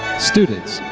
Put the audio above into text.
students,